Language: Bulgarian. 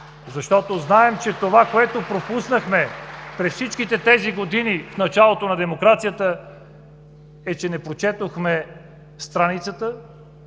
Вас. Знаем, че това, което пропуснахме през всичките тези години, в началото на демокрацията, е, че не прочетохме страницата